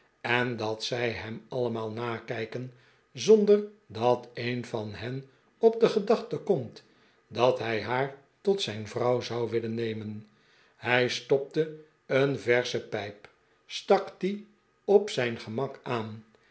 en dat zij hem allemaal nakijken zonder dat een van hen op de gedachte komt dat hij haar tot zijn vrouw zou willen nemen hij stopte een versche pijp stak die op zijn gemak aan